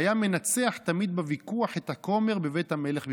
שהיה מנצח תמיד בוויכוח את הכומר בבית המלך בפראג.